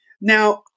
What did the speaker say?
now –